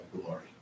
glory